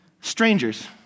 strangers